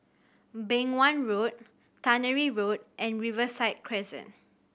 Beng Wan Road Tannery Road and Riverside Crescent